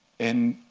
and